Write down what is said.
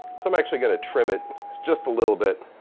so i'm actually gonna trim it just a little bit.